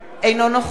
אינו נוכח